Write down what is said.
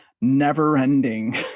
never-ending